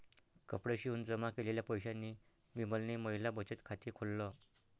कपडे शिवून जमा केलेल्या पैशांनी विमलने महिला बचत खाते खोल्ल